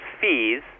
fees